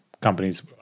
Companies